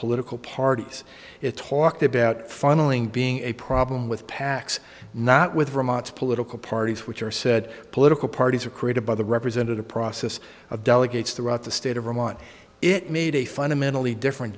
political parties it talked about funneling being a problem with pacs not with political parties which are said political parties are created by the representative process of delegates throughout the state of vermont it made a fundamentally different